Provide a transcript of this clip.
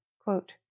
Quote